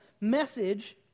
message